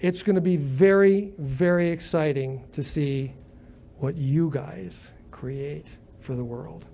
it's going to be very very exciting to see what you guys create for the world